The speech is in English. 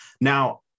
Now